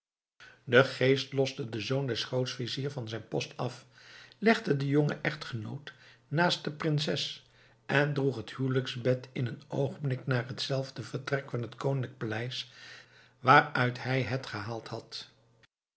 de geest loste den zoon des grootviziers van zijn post af legde den jongen echtgenoot naast de prinses en droeg het huwelijksbed in een oogenblik naar hetzelfde vertrek van het koninklijke paleis waaruit hij het gehaald had